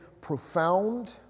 profound